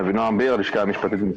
עו"ד אבינועם ביר מהלשכה המשפטית.